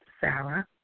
Sarah